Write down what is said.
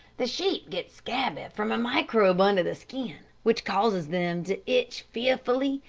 the sheep get scabby from a microbe under the skin, which causes them to itch fearfully,